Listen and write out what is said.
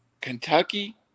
Kentucky